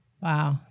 Wow